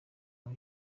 kwa